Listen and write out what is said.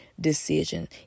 decision